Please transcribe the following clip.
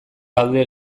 gaude